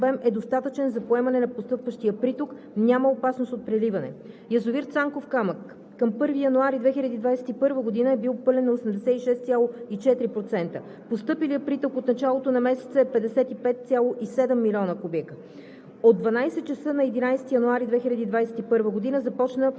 процентът на запълване е 88,1%. Свободният обем е достатъчен за поемане на постъпващия приток, няма опасност от преливане. Язовир „Цанков камък“. Към 1 януари 2021 г. е бил пълен на 86,4%. Постъпилият приток от началото на месеца е 55,7 милиона кубика.